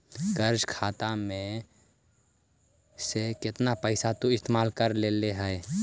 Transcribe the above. कर्ज खाता में से केतना पैसा तु इस्तेमाल कर लेले हे